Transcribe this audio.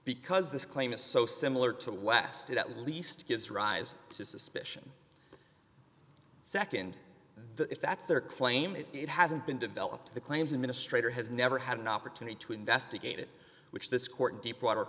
because this claim is so similar to west it at least gives rise to suspicion nd if that's their claim is it hasn't been developed the claims administrator has never had an opportunity to investigate it which this court deepwater